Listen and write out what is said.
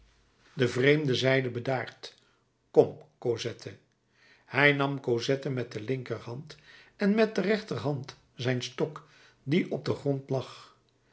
de vreemde zeide bedaard kom cosette hij nam cosette met de linkerhand en met de rechterhand zijn stok die op den grond lag